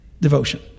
Devotion